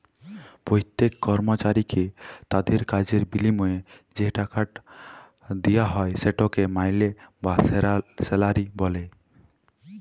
প্যত্তেক কর্মচারীকে তাদের কাজের বিলিময়ে যে টাকাট দিয়া হ্যয় সেটকে মাইলে বা স্যালারি ব্যলে